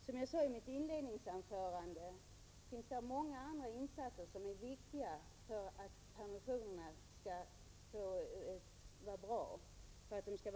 Som jag sade i mitt inledningsanförande finns det många andra aspekter som är viktiga för att permissionerna skall bli bra för den intagne.